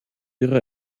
ihre